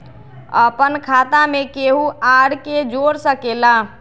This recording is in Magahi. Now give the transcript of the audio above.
अपन खाता मे केहु आर के जोड़ सके ला?